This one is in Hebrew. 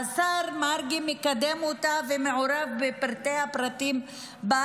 והשר מרגי מקדם אותה ומעורה בפרטי הפרטים שבה,